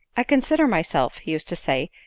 i consider myself, he used to say,